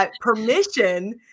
permission